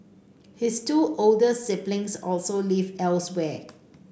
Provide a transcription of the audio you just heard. his two older siblings also live elsewhere